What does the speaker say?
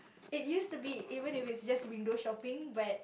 it used to be even if it's just window shopping but